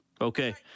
Okay